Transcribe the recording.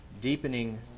deepening